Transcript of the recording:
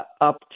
up